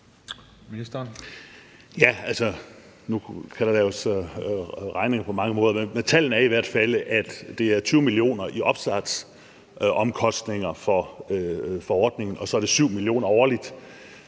(fg.): Nu kan man lave regning på mange måder, men tallene er i hvert fald, at det er 20 millioner i opstartsomkostninger for ordningen, og så er det 7 millioner årligt,